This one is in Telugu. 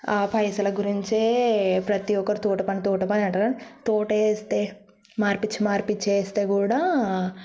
ఆ పైసల గురించే ప్రతి ఒక్కరు తోట పని తోట పని అంటారు తోటేస్తే మార్పిచ్చి మార్పిచ్చి వేస్తే కూడా